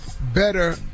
better